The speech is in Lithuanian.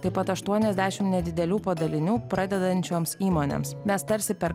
taip pat aštuoniasdešim nedidelių padalinių pradedančioms įmonėms mes tarsi per